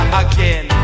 again